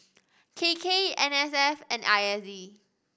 K K N S F and I S D